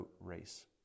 race